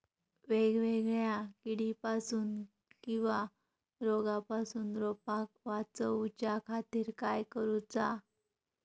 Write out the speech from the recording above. वेगवेगल्या किडीपासून किवा रोगापासून रोपाक वाचउच्या खातीर काय करूचा?